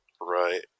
right